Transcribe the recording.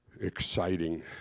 exciting